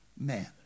man